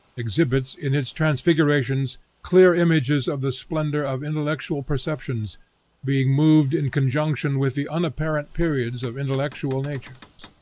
exhibits, in its transfigurations, clear images of the splendor of intellectual perceptions being moved in conjunction with the unapparent periods of intellectual natures.